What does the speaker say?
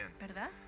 ¿Verdad